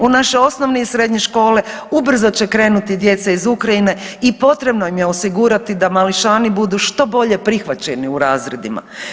U naše osnovne i srednje škole ubrzo će krenuti djeca iz Ukrajine i potrebno im je osigurati da mališani budu što bolje prihvaćeni u razredima.